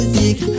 music